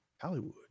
Hollywood